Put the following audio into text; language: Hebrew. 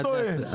לא טועה,